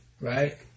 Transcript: right